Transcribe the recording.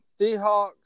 Seahawks